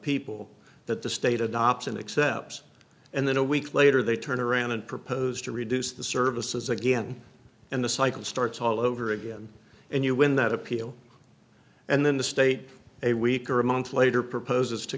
people that the state adopt an exception and then a week later they turn around and propose to reduce the services again and the cycle starts all over again and you win that appeal and then the state a week or a month later proposes to